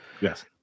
Yes